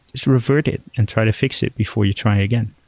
just revert it and try to fix it before you try again.